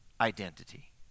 identity